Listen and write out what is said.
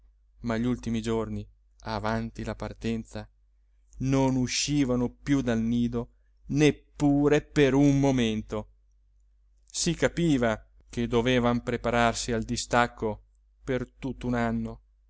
ma gli ultimi giorni avanti la partenza non uscivano più dal nido neppure per un momento si capiva che dovevan prepararsi al distacco per tutt'un anno